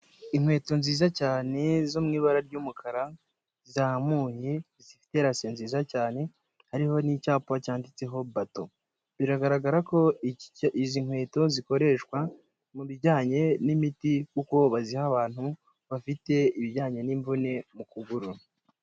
Inkweto nziza cyane zo mu ibara ry'umukara zamuye zifite lasi nziza cyane hariho n'icyapa cyanditseho bado biragaragara ko izi nkweto zikoreshwa mu bijyanye n'imiti kuko baziha abantu bafite ibijyanye n'imvune mu kuguru.